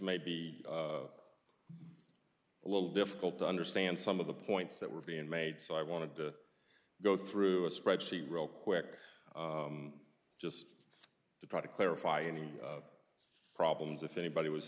may be a little difficult to understand some of the points that were being made so i want to go through a spreadsheet real quick just to try to clarify any problems if anybody was